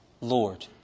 Lord